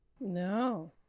No